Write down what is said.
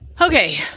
Okay